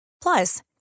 Plus